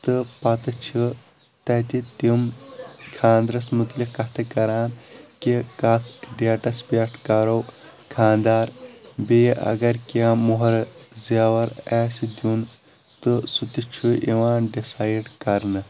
تہٕ پتہٕ چھِ تتہِ تِم کھانٛدرس مُتلِق کتھٕ کران کہِ کتھ ڈیٹس پٮ۪ٹھ کرو کھانٛدر بیٚیہِ اگر کینٛہہ موہرٕ زیور آسہِ دِیُن تہٕ سُنہِ چھُ یِوان ڈسایڈ کرنہٕ